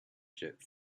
jerk